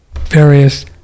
various